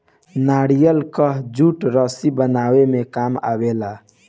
नारियल कअ जूट रस्सी बनावे में काम आवेला